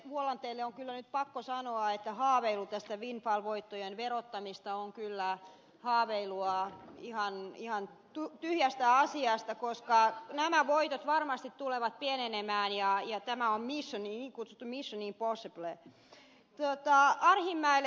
vuolanteelle on kyllä nyt pakko sanoa että haaveilu tästä windfall voittojen verottamisesta on kyllä haaveilua ihan tyhjästä asiasta koska nämä voitot varmasti tulevat pienenemään ja tämä on niin kutsuttu mission impossible